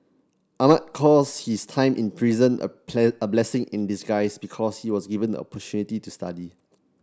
Ahmad calls his time in prison a a blessing in disguise because he was given the opportunity to study